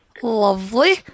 Lovely